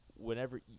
whenever –